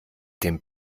dem